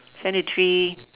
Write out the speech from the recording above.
seven to three